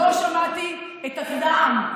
לא שמעתי את הזעם.